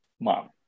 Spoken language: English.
mom